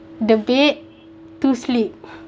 the bed to sleep